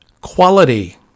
quality